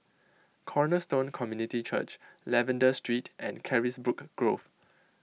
Cornerstone Community Church Lavender Street and Carisbrooke Grove